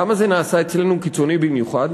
למה זה נעשה אצלנו קיצוני במיוחד?